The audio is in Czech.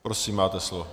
Prosím, máte slovo.